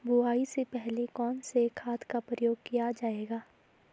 बुआई से पहले कौन से खाद का प्रयोग किया जायेगा?